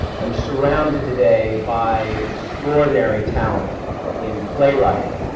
i'm surrounded today by extraordinary talent in playwriting.